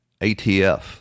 atf